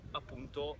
appunto